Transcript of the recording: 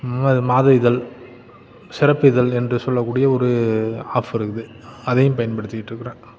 என்னது மாதரிகள் சிறப்பிதழ் என்று சொல்லக்கூடிய ஒரு ஆஃப் இருக்குது அதையும் பயன்படுத்திக்கிட்டிருக்கறேன்